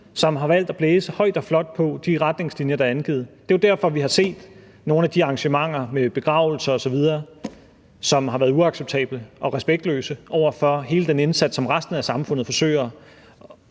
som har valgt at blæse højt og flot på de retningslinjer, der er angivet. Det er jo derfor, vi har set nogle af de arrangementer med begravelser osv., som har været uacceptable og respektløse over for hele den indsats, som resten af samfundet forsøger